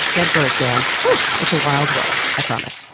dead birds, man. whoo! it's a wild world. i promise.